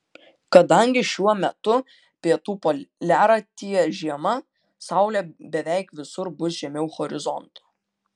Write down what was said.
kadangi šiuo metu pietų poliaratyje žiema saulė beveik visur bus žemiau horizonto